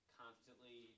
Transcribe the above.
constantly